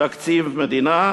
תקציב מדינה,